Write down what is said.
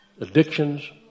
Addictions